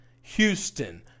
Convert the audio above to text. Houston